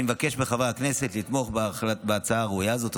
אני מבקש מחברי הכנסת לתמוך בהצעה הראויה הזאת.